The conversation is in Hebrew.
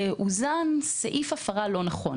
הוזן סעיף הפרה לא נכון.